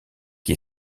qui